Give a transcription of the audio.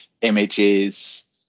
images